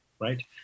right